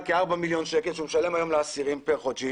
כארבעה מיליון שקלים שהוא משלם היום לאסירים כל חודש,